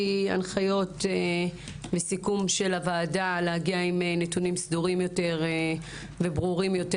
הנחיות וסיכום של הוועדה להגיע עם נתונים סדורים ברורים יותר,